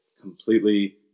completely